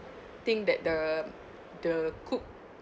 think that the the cook